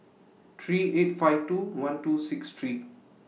three eight five two one two six three